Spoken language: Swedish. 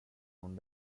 hon